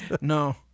No